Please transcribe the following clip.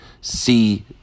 see